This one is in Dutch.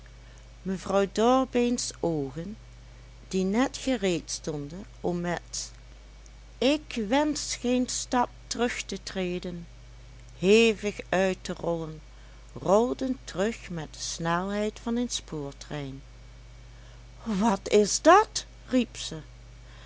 mevrouw dorbeens oogen die net gereed stonden om met ik wensch geen stap terug te treden hevig uit te rollen rolden terug met de snelheid van een spoortrein wat is dat